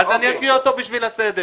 אז אקריא אותו בשביל הסדר.